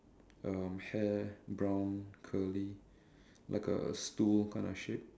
um hair brown curly like a stool kind of shape